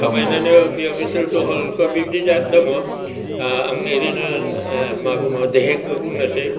थाबायनानै बियाव बिसोर दहलखौ बिबिदि जा दङ आं ओरैनो मा बुङो देहेखखौ बुंनोसै